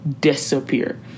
disappear